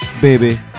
Baby